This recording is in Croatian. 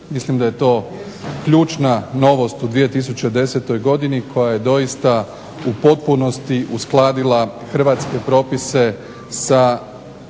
Mislim da je to ključna novost u 2010. godini koja je doista u potpunosti uskladila hrvatske propise sa